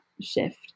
shift